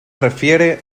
refiere